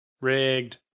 Rigged